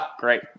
Great